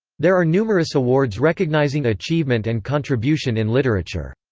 there are numerous awards recognizing achievement and contribution in literature.